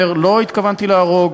אומר: לא התכוונתי להרוג.